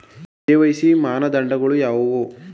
KYC ಮಾನದಂಡಗಳು ಯಾವುವು?